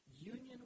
Union